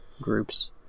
groups